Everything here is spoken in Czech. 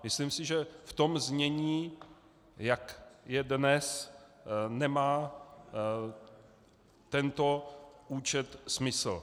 Myslím si, že v tom znění, jak je dnes, nemá tento účet smysl.